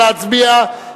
נא להצביע.